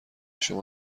شما